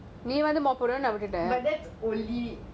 but that's only